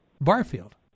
Barfield